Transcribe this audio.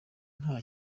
nta